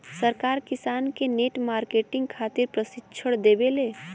सरकार किसान के नेट मार्केटिंग खातिर प्रक्षिक्षण देबेले?